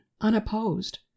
unopposed